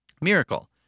Miracle